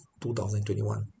2021